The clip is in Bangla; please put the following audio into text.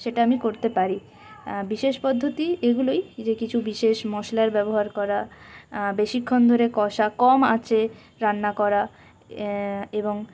সেটা আমি করতে পারি বিশেষ পদ্ধতি এগুলোই যে কিছু বিশেষ মশলার ব্যবহার করা বেশিক্ষণ ধরে কষা কম আঁচে রান্না করা এবং